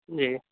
جی